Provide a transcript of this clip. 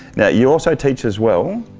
now you also teach as well,